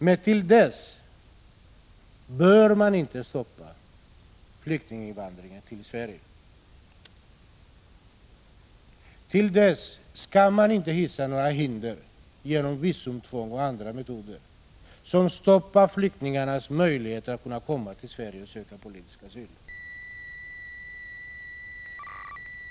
Men till dess bör man inte stoppa flyktinginvandringen till Sverige. Till dess skall man inte resa några hinder genom visumtvång och andra metoder som stoppar flyktingarnas möjligheter att komma till Sverige och söka politisk asyl.